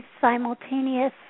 simultaneous